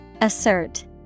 Assert